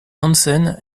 hansen